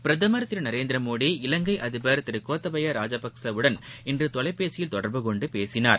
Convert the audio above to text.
பிரதமர் திரு நரேந்திர மோடி இவங்கை அதிபர் திரு கோத்தபய ராஜபக்ஷே உடன் இன்று தொலைபேசியில் தொடர்பு கொண்டு பேசினார்